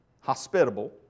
hospitable